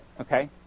Okay